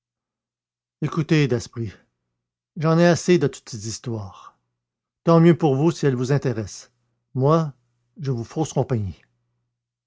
écoutez daspry j'en ai assez de toutes ces histoires tant mieux pour vous si elles vous intéressent moi je vous fausse compagnie